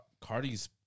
Cardi's